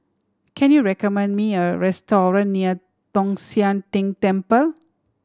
can you recommend me a restaurant near Tong Sian Tng Temple